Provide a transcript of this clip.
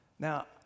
Now